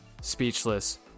Speechless